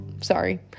Sorry